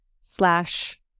slash